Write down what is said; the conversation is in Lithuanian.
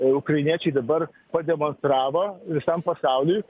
ukrainiečiai dabar pademonstravo visam pasauliui